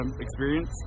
experience